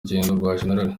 gen